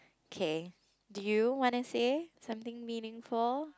okay do you wanna say something meaningful